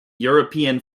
european